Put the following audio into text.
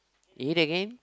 you eat again